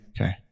Okay